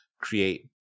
create